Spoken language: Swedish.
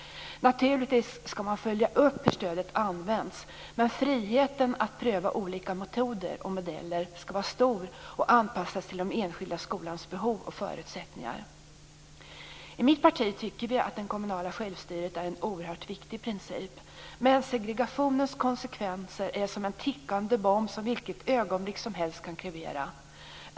Naturligtvis skall man följa upp hur stödet används. Men friheten att pröva olika metoder och modeller skall vara stor och anpassas till de enskilda skolornas behov och förutsättningar. I mitt parti tycker vi att det kommunala självstyret är en oerhört viktig princip. Men segregationens konsekvenser är som en tickande bomb som vilket ögonblick som helst kan krevera.